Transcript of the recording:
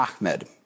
Ahmed